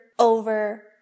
over